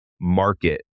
market